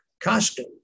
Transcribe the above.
costume